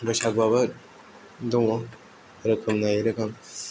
बैसागुआबो दङ रोखोम नायै रोखोम